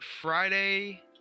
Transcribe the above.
friday